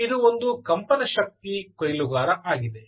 ಇದು ಒಂದು ಕಂಪನ ಶಕ್ತಿ ಕೊಯ್ಲುಗಾರ ಆಗಿದೆ